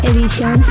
Edition